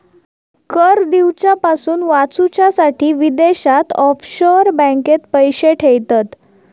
कर दिवच्यापासून वाचूच्यासाठी विदेशात ऑफशोअर बँकेत पैशे ठेयतत